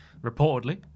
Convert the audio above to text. Reportedly